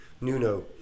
Nuno